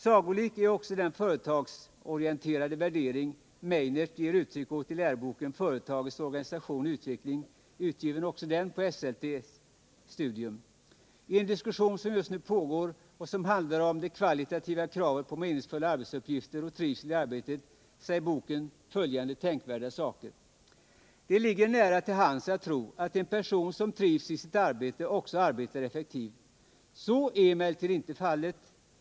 Sagolik är också den företagarorienterade värdering Meynert ger uttryck åt i läroboken Företagets organisation och utveckling, också utgiven på Esselte Studium. I en diskussion som just nu pågår och som handlar om det kvalitativa kravet på meningsfulla arbetsuppgifter och trivsel i arbetet säger boken följande tänkvärda saker: Det ligger nära till hands att tro att en person som trivs i sitt arbete också arbetar effektivt. Så är emellertid inte fallet.